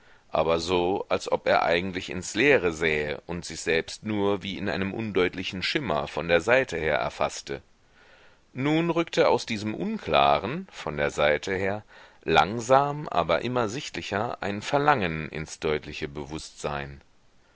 aber so als ob er eigentlich ins leere sähe und sich selbst nur wie in einem undeutlichen schimmer von der seite her erfaßte nun rückte aus diesem unklaren von der seite her langsam aber immer sichtlicher ein verlangen ins deutliche bewußtsein